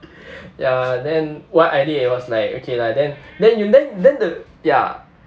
ya then what I did and was like okay lah then then you then then the ya